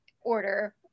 order